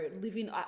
living